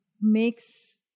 makes